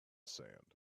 sand